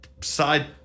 side